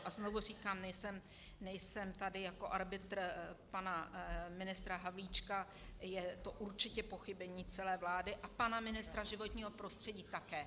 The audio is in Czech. A znovu říkám, nejsem tady jako arbitr pana ministra Havlíčka, je to určitě pochybení celé vlády a pana ministra životního prostředí také.